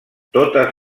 totes